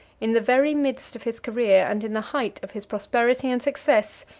in the very midst of his career, and in the height of his prosperity and success,